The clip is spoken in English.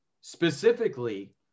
specifically